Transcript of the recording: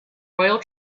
royal